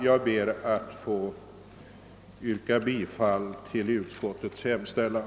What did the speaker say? Jag ber att få yrka bifall till tredje lagutskottets hemställan.